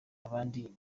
abandi